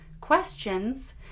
questions